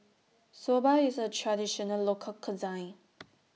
Soba IS A Traditional Local Cuisine